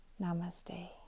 Namaste